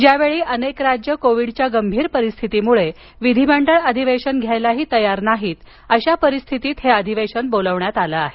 ज्यावेळी अनेक राज्य कोविडच्या गंभीर परिस्थितीमुळे विधिमंडळ अधिवेशनं घ्यायलाही तैय्यार नाहीत अशा परिस्थितीत हे अधिवेशन बोलाविण्यात आलं आहे